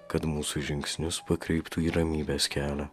kad mūsų žingsnius pakreiptų į ramybės kelią